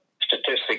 statistics